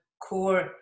core